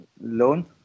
Loan